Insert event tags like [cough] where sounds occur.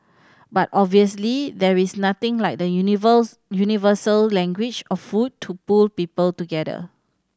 but obviously there is nothing like the [unintelligible] universal language of food to pull people together